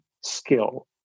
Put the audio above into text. skill